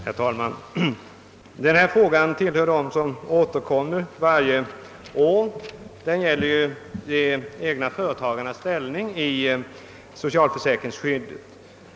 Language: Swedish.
Herr talman! Denna fråga tillhör dem som återkommer varje år. Det gäller de egna företagarnas ställning i socialförsäkringssystemet.